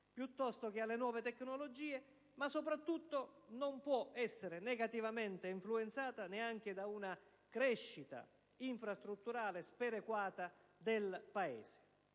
piuttosto che alle nuove tecnologie; ma soprattutto, non può essere negativamente influenzata neanche da una crescita infrastrutturale sperequata nel Paese.